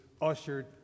ushered